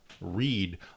read